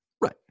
Right